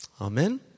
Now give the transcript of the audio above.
Amen